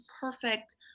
perfect